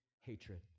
hatred